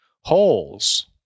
holes